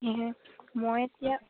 মই এতিয়া